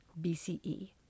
BCE